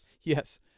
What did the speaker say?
Yes